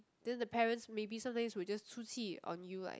then the parents maybe sometimes will just 出气 on you like